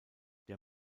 der